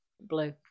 Blue